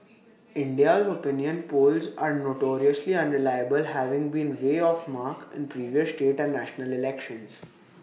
India's opinion polls are notoriously unreliable having been way off mark in previous state and national elections